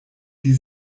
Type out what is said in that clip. die